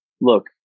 look